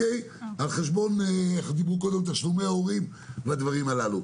על חשבון תשלומי הורים והדברים הללו.